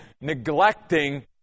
neglecting